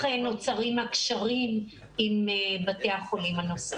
נוצרים הקשרים עם בתי החולים הנוספים.